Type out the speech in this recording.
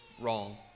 wrong